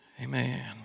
Amen